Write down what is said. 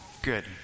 Good